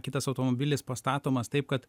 kitas automobilis pastatomas taip kad